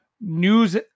news